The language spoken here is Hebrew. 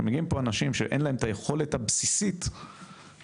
שמגיעים פה אנשים שאין להם את היכולת הבסיסית להתקיים.